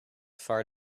far